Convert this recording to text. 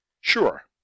Sure